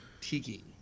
Tiki